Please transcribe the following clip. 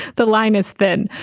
the line is thin,